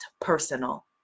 personal